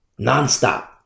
nonstop